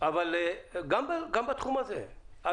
וגם בתחום הזה.